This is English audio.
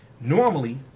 Normally